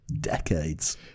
decades